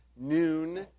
noon